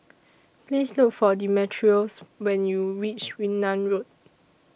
Please Look For Demetrios when YOU REACH Yunnan Road